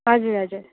हजुर हजुर